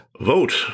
Vote